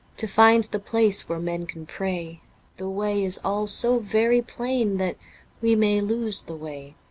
to find the place where men can pray the way is all so very plain, that we may lose the way.